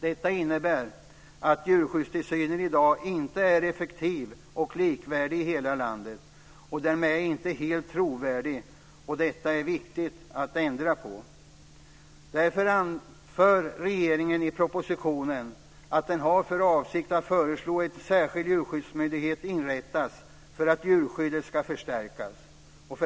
Det innebär att djurskyddstillsynen i dag inte är effektiv och likvärdig i hela landet och därmed inte helt trovärdig, och det är viktigt att ändra på detta. Därför anför regeringen i propositionen att den har för avsikt att föreslå att en särskild djurskyddsmyndighet inrättas för att djurskyddet ska förstärkas.